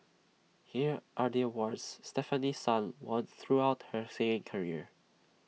here are the awards Stefanie sun won throughout her singing career